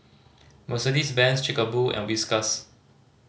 Mercedes Benz Chic a Boo and Whiskas